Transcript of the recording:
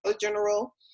General